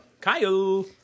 kyle